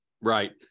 Right